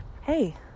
hey